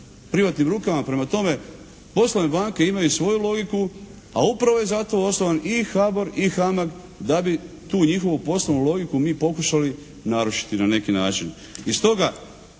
privatnim rukama. Prema tome, poslovne banke imaju svoju logiku a upravo je zato osnovan i HBOR i HAMAG da bi tu njihovu poslovnu logiku mi pokušali narušiti na neki način. I stoga